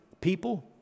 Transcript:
people